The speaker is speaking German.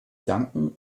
danken